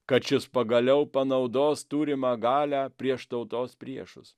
kad šis pagaliau panaudos turimą galią prieš tautos priešus